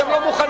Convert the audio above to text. אתם לא מוכנים,